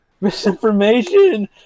misinformation